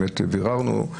באמת ביררנו,